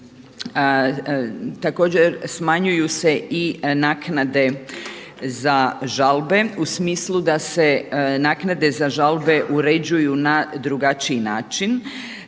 Također smanjuju se i naknade za žalbe u smislu da se naknade za žalbe uređuju na drugačiji način,